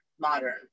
modern